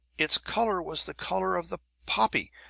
its color was the color of the poppy,